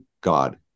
God